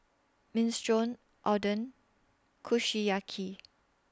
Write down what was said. Minestrone Oden Kushiyaki